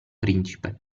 principe